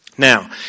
Now